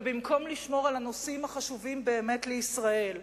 ובמקום לשמור על הנושאים החשובים-באמת לישראל,